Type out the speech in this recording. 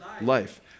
life